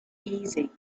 easy